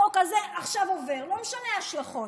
החוק הזה עכשיו עובר, לא משנה מה ההשלכות.